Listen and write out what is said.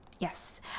Yes